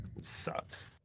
Sucks